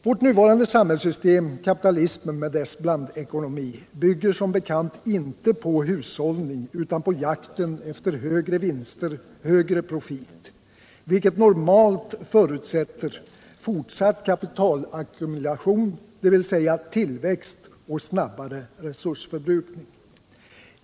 Vårt nuvarande samhällssystem, kapitalismen med dess blandekonomi, bygger som bekant inte på hushållning utan på jakten efter högre vinster, högre profit, vilket normalt förutsätter fortsatt kapitalackumulation, dvs. tillväxt och snabbare resursförbrukning.